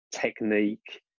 technique